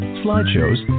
slideshows